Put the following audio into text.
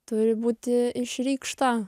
turi būti išreikšta